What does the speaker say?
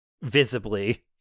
Visibly